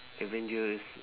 avengers